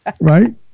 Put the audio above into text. Right